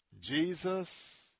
Jesus